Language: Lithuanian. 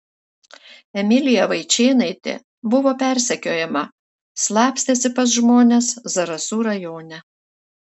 emilija vaičėnaitė buvo persekiojama slapstėsi pas žmones zarasų rajone